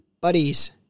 buddies